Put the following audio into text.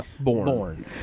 born